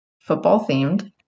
football-themed